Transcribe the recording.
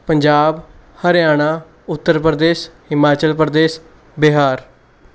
Punjab Haryana Uttar Pradesh Himachal Pradesh Bihar